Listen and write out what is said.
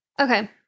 Okay